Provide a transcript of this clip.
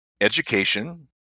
education